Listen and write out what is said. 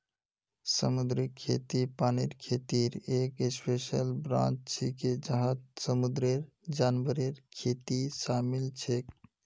समुद्री खेती पानीर खेतीर एक स्पेशल ब्रांच छिके जहात समुंदरेर जानवरेर खेती शामिल छेक